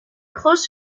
close